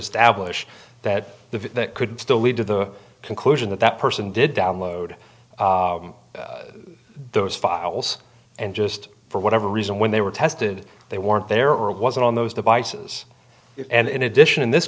establish that the could still lead to the conclusion that that person did download those files and just for whatever reason when they were tested they weren't there or wasn't on those devices and in addition in this